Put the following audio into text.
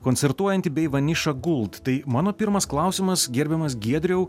koncertuojanti bei vaniša guld tai mano pirmas klausimas gerbiamas giedriau